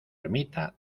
ermita